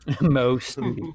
mostly